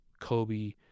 Kobe